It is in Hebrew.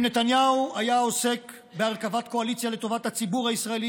אם נתניהו היה עוסק בהרכבת קואליציה לטובת הציבור הישראלי